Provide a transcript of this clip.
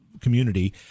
community